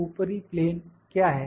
ऊपरी प्लेन क्या है